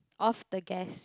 off the gas